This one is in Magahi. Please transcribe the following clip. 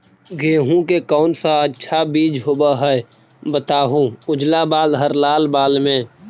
गेहूं के कौन सा अच्छा बीज होव है बताहू, उजला बाल हरलाल बाल में?